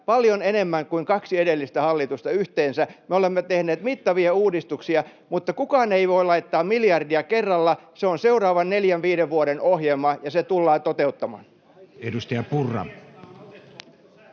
paljon enemmän kuin kaksi edellistä hallitusta yhteensä. Me olemme tehneet mittavia uudistuksia, mutta kukaan ei voi laittaa miljardia kerralla. Se on seuraavan neljän viiden vuoden ohjelma, ja se tullaan toteuttamaan. [Leena Meri: